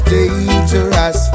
Dangerous